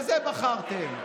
בזה בחרתם.